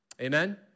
Amen